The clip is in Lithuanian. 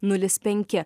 nulis penki